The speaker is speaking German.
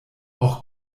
auch